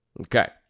okay